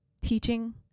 teaching